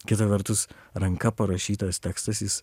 kita vertus ranka parašytas tekstas jis